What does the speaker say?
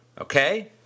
Okay